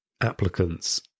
applicants